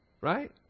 right